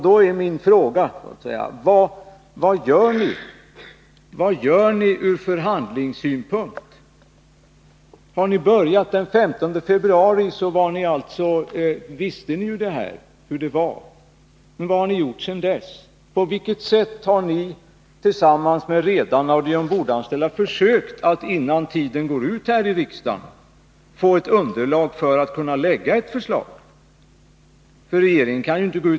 Då är min fråga: Vad gör ni ur förhandlingssynpunkt? Om ni började den 15 februari, visste ni ju hur det var. Men vad har ni gjort sedan dess? På vilket sätt har ni tillsammans med redarna och de ombordanställda försökt att innan tiden går ut här i riksdagen få ett underlag för ett förslag?